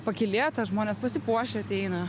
pakylėta žmonės pasipuošę ateina